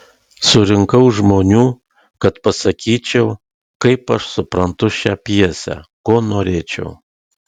surinkau žmonių kad pasakyčiau kaip aš suprantu šią pjesę ko norėčiau